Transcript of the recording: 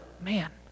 man